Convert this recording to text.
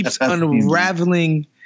unraveling